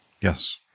Yes